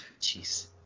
Jeez